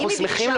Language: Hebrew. הם לא צריכים,